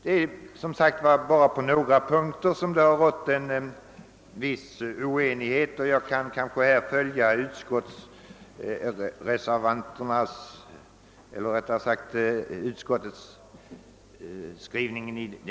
Det är som sagt bara på några punkter som en viss oenighet har rått, och jag vill i dessa stycken ansluta mig till utskottets skrivning.